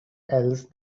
else